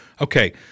Okay